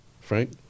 Frank